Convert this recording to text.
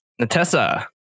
Natessa